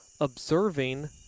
observing